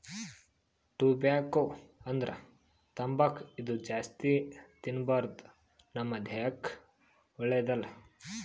tobacco ಅಂದ್ರ ತಂಬಾಕ್ ಇದು ಜಾಸ್ತಿ ತಿನ್ಬಾರ್ದು ನಮ್ ದೇಹಕ್ಕ್ ಒಳ್ಳೆದಲ್ಲ